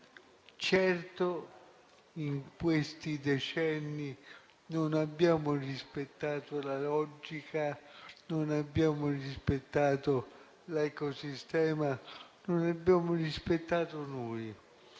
Certo, in questi decenni non abbiamo rispettato la logica, non abbiamo rispettato l'ecosistema e adesso ne paghiamo le